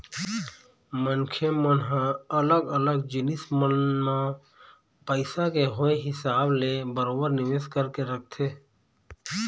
मनखे मन ह अलग अलग जिनिस मन म पइसा के होय हिसाब ले बरोबर निवेश करके रखथे